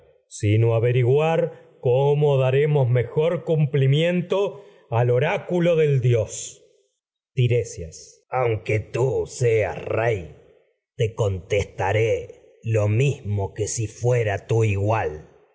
sino averiguar cómo daremos mejor cumplimiento lo al orácu del dios tiresias aunque tú seas rey te contestaré lo mis mo que si fuera tu igual